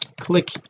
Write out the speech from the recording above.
click